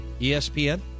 ESPN